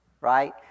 right